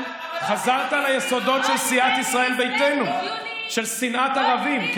חזרת ליסודות של סיעת ישראל ביתנו, של שנאת ערבים.